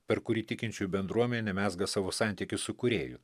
per kurį tikinčiųjų bendruomenė mezga savo santykį su kūrėju